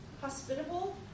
hospitable